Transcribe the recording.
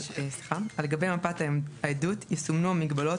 (ב)על גבי מפת העדות יסומנו המגבלות